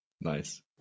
Nice